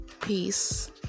peace